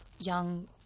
Young